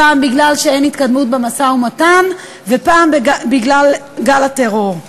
פעם בגלל שאין התקדמות במשא-ומתן ופעם בגלל גל הטרור.